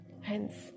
Hence